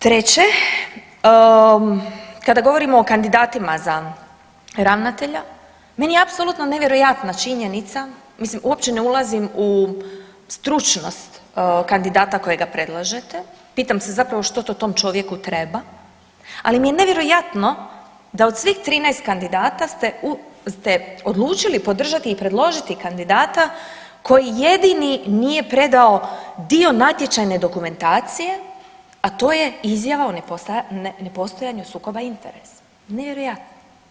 Treće, kada govorimo o kandidatima za ravnatelja meni je apsolutno nevjerojatna činjenica, mislim, uopće ne ulazim u stručnost kandidata kojega predlažete, pitam se zapravo što tom čovjeku treba, ali mi je nevjerojatno da od svih 13 kandidata ste odlučili podraži i podržati kandidata koji jedini nije predao dio natječajne dokumentacije, a to je izjava o nepostojanju sukoba interesa, nevjerojatno.